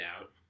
out